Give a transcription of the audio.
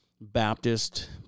Baptist